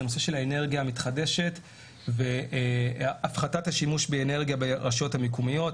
נושא האנרגיה המתחדשת והפחתת השימוש באנרגיה ברשויות המקומיות.